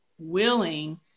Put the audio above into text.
willing